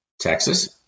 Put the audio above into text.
Texas